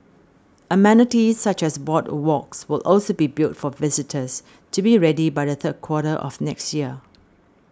amenities such as boardwalks will also be built for visitors to be ready by the third quarter of next year